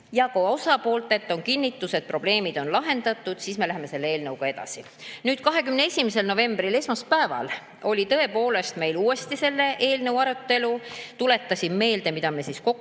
kui osapooltelt on saadud kinnitus, et probleemid on lahendatud, siis me läheme selle eelnõuga edasi. 21. novembril, esmaspäeval oli tõepoolest meil uuesti selle eelnõu arutelu. Tuletasin meelde, mida me kokku